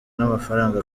n’amafaranga